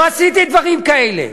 לא עשיתי דברים כאלה.